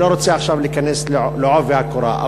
אני לא רוצה עכשיו להיכנס בעובי הקורה,